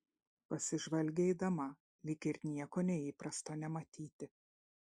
pasižvalgė eidama lyg ir nieko neįprasto nematyti